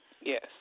Yes